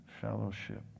fellowship